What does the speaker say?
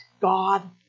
God